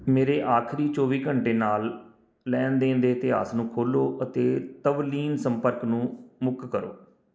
ਮੇਰੇ ਆਖਰੀ ਚੌਵੀ ਘੰਟੇ ਨਾਲ ਲੈਣ ਦੇਣ ਦੇ ਇਤਿਹਾਸ ਨੂੰ ਖੋਲ੍ਹੋ ਅਤੇ ਤਵਲੀਨ ਸੰਪਰਕ ਨੂੰ ਮੁਕ ਕਰੋ